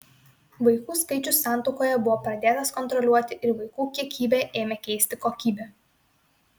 vaikų skaičius santuokoje buvo pradėtas kontroliuoti ir vaikų kiekybę ėmė keisti kokybė